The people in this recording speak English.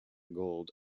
gould